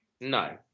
No